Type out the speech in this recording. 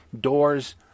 doors